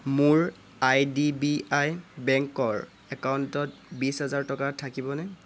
মোৰ আইডিবিআই বেংকৰ একাউণ্টত বিছ হাজাৰ টকা থাকিবনে